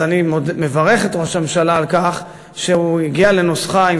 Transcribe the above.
אז אני מברך את ראש הממשלה על כך שהוא הגיע לנוסחה עם